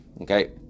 okay